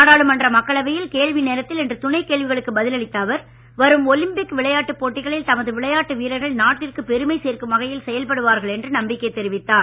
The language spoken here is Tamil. நாடாளுமன்ற மக்களவையில் கேள்வி நேரத்தில் இன்று துணைக் கேள்விகளுக்கு பதில் அளித்த அவர் வரும் ஒலிம்பிக் விளையட்டுப் போட்டிகளில் நமது விளையாட்டு வீரர்கள் நாட்டிற்கு பெருமை சேர்க்கும் வகையில் செயல்படுவார்கள் என்று நம்பிக்கை தெரிவித்தார்